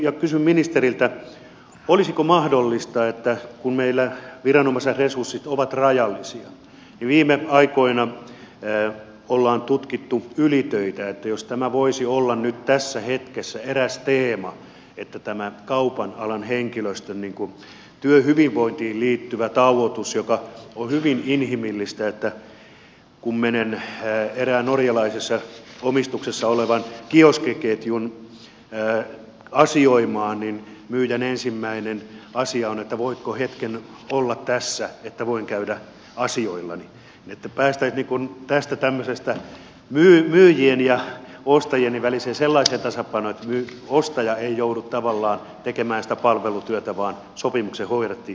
kysyn ministeriltä olisiko mahdollista kun meillä viranomaisten resurssit ovat rajallisia ja viime aikoina on tutkittu ylitöitä että tämä voisi olla nyt tässä hetkessä eräs teema tämä kaupan alan henkilöstön työhyvinvointiin liittyvä tauotus joka on hyvin inhimillistä kun menen erääseen norjalaisessa omistuksessa olevaan kioskiketjuun asioimaan niin myyjän ensimmäinen asia on että voitko hetken olla tässä että voin käydä asioillani niin että päästäisiin tästä tämmöisestä sellaiseen myyjien ja ostajien väliseen tasapainoon että ostaja ei joudu tavallaan tekemään sitä palvelutyötä vaan sopimuksella hoidetaan